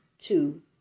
two